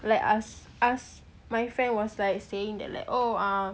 like ask ask my friend was like saying that like oh ah